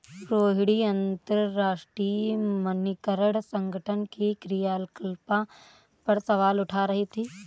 रोहिणी अंतरराष्ट्रीय मानकीकरण संगठन के क्रियाकलाप पर सवाल उठा रही थी